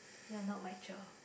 you are not my cher